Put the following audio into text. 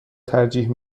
ترجیح